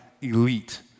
elite